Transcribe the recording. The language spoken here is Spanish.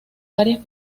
varias